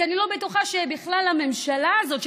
כי אני לא בטוחה שבכלל הממשלה הזאת,